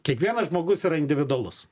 kiekvienas žmogus yra individualus